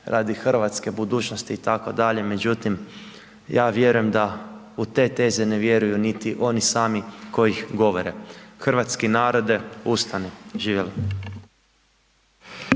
radi hrvatske budućnosti itd.. Međutim vjerujem da u te teze ne vjeruju niti oni sami koji ih govore. Hrvatski narode ustani. Živjeli.